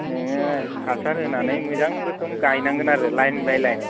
नोङो हासार होनानै मोजां रोखोम गायनांगोन आरो लाइन बाइ लाइन